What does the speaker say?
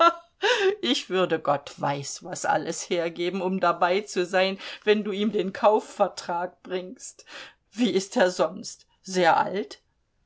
ich würde gott weiß was alles hergeben um dabei zu sein wenn du ihm den kaufvertrag bringst wie ist er sonst sehr alt